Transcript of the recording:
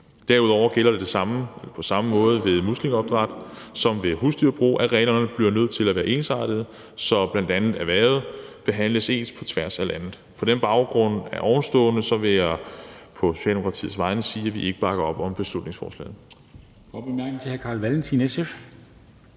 Derudover gælder det på samme måde ved muslingeopdræt som ved husdyrbrug, at reglerne bliver nødt til at være ensartede, så bl.a. erhvervet behandles ens på tværs af landet. På den baggrund vil jeg på Socialdemokratiets vegne sige, at vi ikke bakker op om beslutningsforslaget.